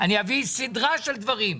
אני אביא סדרה של דברים.